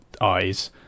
eyes